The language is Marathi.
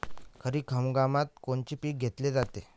खरिप हंगामात कोनचे पिकं घेतले जाते?